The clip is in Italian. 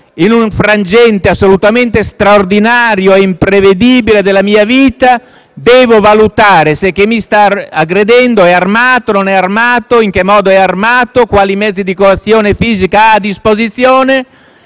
in un frangente assolutamente straordinario e imprevedibile della mia vita, devo valutare se chi mi sta aggredendo è armato o meno, in che modo è armato, quali mezzi di coazione fisica ha a disposizione;